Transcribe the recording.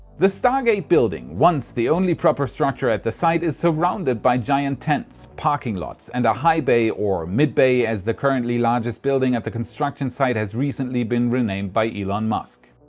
the stargate building, once the only proper structure at the site is surrounded by giant tents, parking lots and a high bay, or mid-bay, as the currently largest building at the construction site has recently been renamed by elon musk.